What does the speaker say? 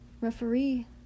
referee